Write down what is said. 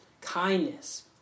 Kindness